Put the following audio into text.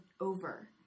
over